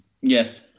Yes